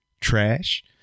Trash